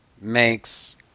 makes